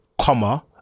comma